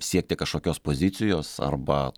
siekti kažkokios pozicijos arba